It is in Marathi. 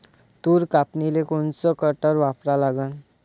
तूर कापनीले कोनचं कटर वापरा लागन?